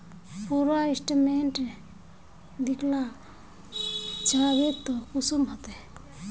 पूरा स्टेटमेंट देखला चाहबे तो कुंसम होते?